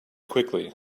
quickly